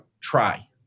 try